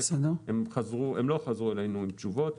הם לא חזרו אלינו עם תשובות.